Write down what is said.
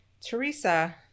Teresa